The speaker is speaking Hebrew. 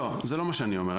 לא, זה לא מה שאני אומר.